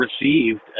received